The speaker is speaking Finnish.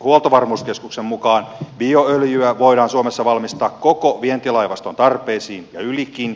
huoltovarmuuskeskuksen mukaan bioöljyä voidaan suomessa valmistaa koko vientilaivaston tarpeisiin ja ylikin